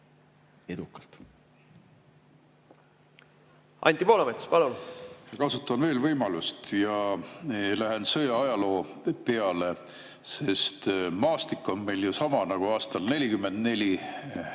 Anti Poolamets, palun! Kasutan veel võimalust ja lähen sõjaajaloo peale, sest maastik on meil ju sama nagu aastal 1944